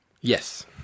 Yes